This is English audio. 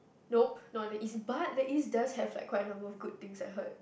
nope not the East but the East does have like quite a number of good things I heard